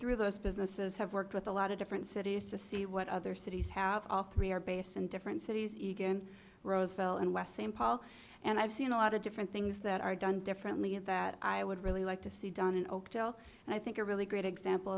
through those businesses have worked with a lot of different cities to see what other cities have all three are based in different cities egan roseville and west same paul and i've seen a lot of different things that are done differently and that i would really like to see done in oakdale and i think a really great example